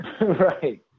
Right